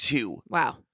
Wow